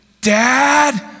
Dad